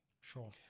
Sure